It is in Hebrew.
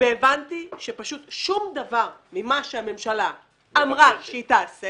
והבנתי שפשוט שום דבר ממה שהממשלה אמרה שהיא תעשה